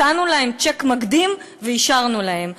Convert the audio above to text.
נתנו להם צ'ק מקדים ואישרנו להם.